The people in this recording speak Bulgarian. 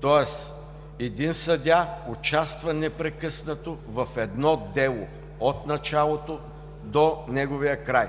тоест един съдия участва непрекъснато в едно дело от началото до неговия край